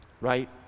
right